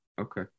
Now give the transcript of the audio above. Okay